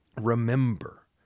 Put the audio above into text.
Remember